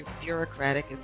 bureaucratic